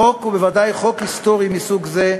חוק, ובוודאי חוק היסטורי מסוג זה,